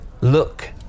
Look